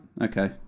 Okay